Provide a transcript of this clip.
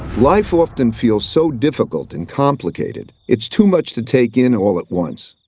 life often feels so difficult and complicated, it's too much to take in all at once.